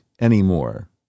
anymore